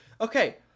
Okay